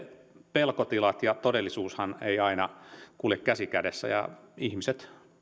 pelkotilat ja todellisuushan eivät aina kulje käsi kädessä ja ihmiset